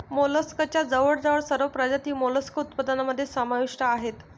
मोलस्कच्या जवळजवळ सर्व प्रजाती मोलस्क उत्पादनामध्ये समाविष्ट आहेत